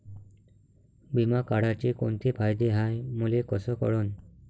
बिमा काढाचे कोंते फायदे हाय मले कस कळन?